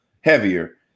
heavier